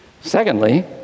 Secondly